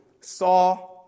saw